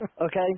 okay